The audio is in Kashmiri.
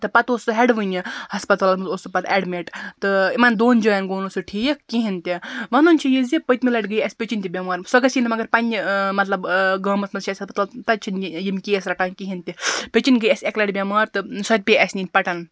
تہٕ پَتہٕ اوس سُہ ییٚڈ وٕنہِ ہسپَتالَس مَنٛز اوس سُہ پَتہٕ ایٚڈمِٹ تہٕ یِمن دۄن جایِن گوٚو نہٕ سُہ ٹھیٖک کِہیٖنٛۍ تہِ وَنُن چھُ یہِ زِ پٔتۍمہِ لَٹہٕ گٔیہِ اَسہِ پیٚچِن تہِ بیٚمار سۄ گَژھِی نہٕ مَگَر پَننہِ مَطلَب گامَس مَنٛز چھِ اَسہِ ہَسپَتال تَتہِ چھِ نہٕ یِم کیس رَٹان کِہیٖنٛۍ تہِ پیٚچن گٔیہِ اَسہِ اَکہِ لَٹہِ بیٚمار تہٕ سۄ پیٚیہِ اَسہِ نِنۍ پَٹَن